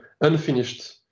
unfinished